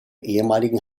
ehemaligen